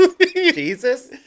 Jesus